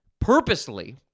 purposely